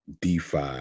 DeFi